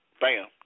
Bam